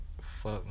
Fuck